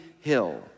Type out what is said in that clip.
hill